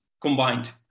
combined